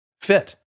fit